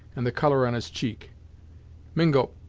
and the colour on his cheek mingo,